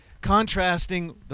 contrasting